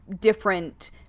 different